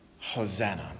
Hosanna